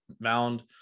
mound